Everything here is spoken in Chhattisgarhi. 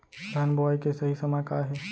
धान बोआई के सही समय का हे?